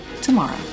tomorrow